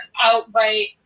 outright